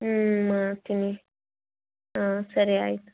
ಹ್ಞೂ ಮಾಡ್ತೀನಿ ಹಾಂ ಸರಿ ಆಯಿತು